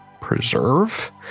preserve